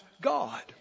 God